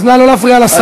אז נא לא להפריע לשר.